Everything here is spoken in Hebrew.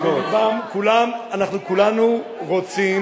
בלבן כולן, אנחנו כולנו רוצים